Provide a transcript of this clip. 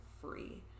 free